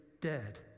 dead